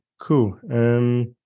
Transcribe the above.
Cool